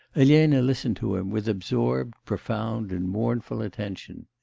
elena listened to him with absorbed, profound, and mournful attention.